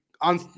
on